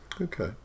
Okay